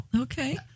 Okay